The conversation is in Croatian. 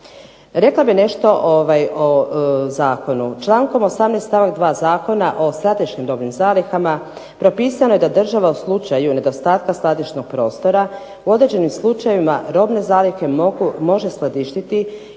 Rekla bih nešto o zakonu. Člankom 18. stavak 2. Zakona o strateškim robnim zalihama propisuje da država u slučaju nedostatka skladišnog prostora u određenim slučajevima robne zalihe može skladištiti